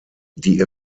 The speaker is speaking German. die